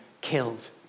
killed